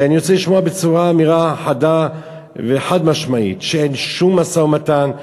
אני רוצה לשמוע אמירה חדה וחד-משמעית שאין שום משא-ומתן,